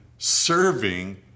Serving